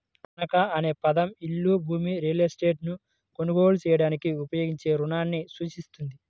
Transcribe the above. తనఖా అనే పదం ఇల్లు, భూమి, రియల్ ఎస్టేట్లను కొనుగోలు చేయడానికి ఉపయోగించే రుణాన్ని సూచిస్తుంది